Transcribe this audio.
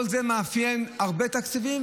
כל זה מאפיין הרבה תקציבים,